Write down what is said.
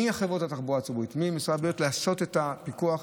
מחברות התחבורה הציבורית, מי מסוגלת לעשות פיקוח.